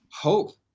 hope